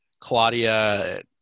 claudia